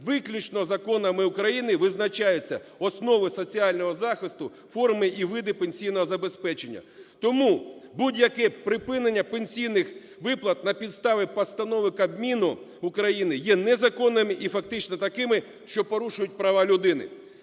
виключно законами України визначаються основи соціального захисту, форми і види пенсійного забезпечення. Тому будь-яке припинення пенсійних виплат на підставі постанови Кабміну України є незаконними і фактично такими, що порушують права людини.